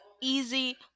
easy